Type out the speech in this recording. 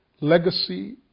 legacy